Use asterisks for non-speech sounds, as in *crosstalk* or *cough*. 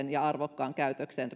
ja arvokkaan käytöksen *unintelligible*